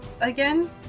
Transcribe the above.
again